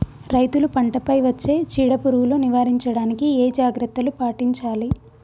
రైతులు పంట పై వచ్చే చీడ పురుగులు నివారించడానికి ఏ జాగ్రత్తలు పాటించాలి?